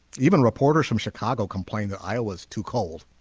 even reporters from chicago complained that iowa's too cold